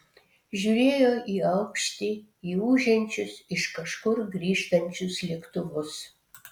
žiūrėjo į aukštį į ūžiančius iš kažkur grįžtančius lėktuvus